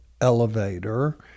elevator